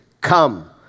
come